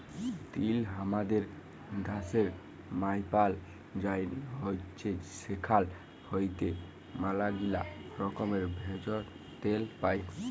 তিল হামাদের ড্যাশের মায়পাল যায়নি হৈচ্যে সেখাল হইতে ম্যালাগীলা রকমের ভেষজ, তেল পাই